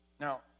Now